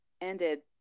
ended